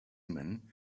men